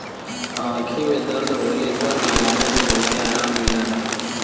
आंखी में दर्द होले पर लगावे से बहुते आराम मिलला